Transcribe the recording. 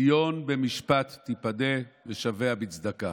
"ציון במשפט תפדה ושביה בצדקה".